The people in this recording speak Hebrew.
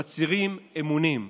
המצהירים אמונים,